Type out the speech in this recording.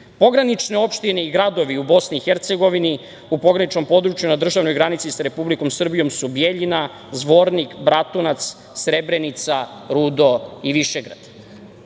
Priboj. Pogranične opštine i gradovi u Bosni i Hercegovini u pograničnom području na državnoj granici sa Republikom Srbijom su: Bjeljina, Zvornik, Bratunac, Srebrenica, Rudo i Višegrad. Prema